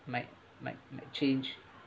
might might might changed